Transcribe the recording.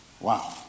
wow